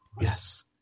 Yes